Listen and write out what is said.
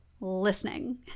listening